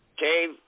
Dave